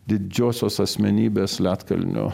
didžiosios asmenybės ledkalnio